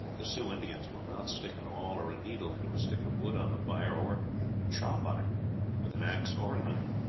the sioux indians will not stick an awl or a needle into a stick of wood on the fire, or chop on it with an axe or a knife.